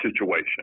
situation